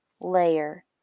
layer